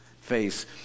face